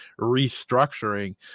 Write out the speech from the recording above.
restructuring